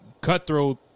cutthroat